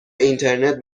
اینترنت